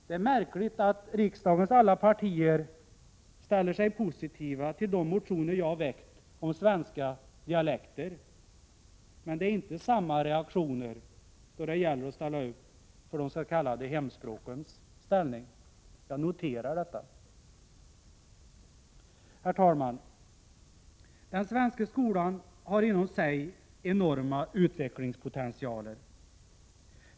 Det är märkligt att riksdagens alla partier ställer sig positiva till de motioner jag har väckt om svenska dialekter, men det är inte samma reaktioner då det gäller att försvara de s.k. hemspråkens ställning. Jag noterar detta. Herr talman! Den svenska skolan har inom sig enorma utvecklingspotentialer.